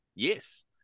yes